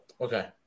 okay